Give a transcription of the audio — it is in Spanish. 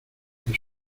que